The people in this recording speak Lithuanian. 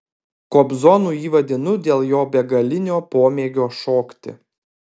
kobzonu jį vadinu dėl jo begalinio pomėgio šokti